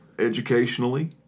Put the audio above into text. educationally